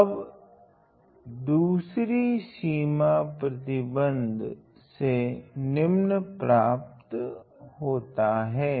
अब दूसरी सीमा प्रतिबंध से निम्न प्राप्त होता हैं